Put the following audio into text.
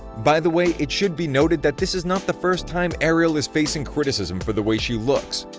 by the way, it should be noted that this is not the first time ariel is facing criticism for the way she looks!